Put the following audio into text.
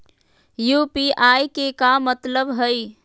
UPI के का मतलब हई?